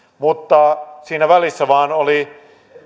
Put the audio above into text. mutta siinä välissä vain oli